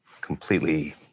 completely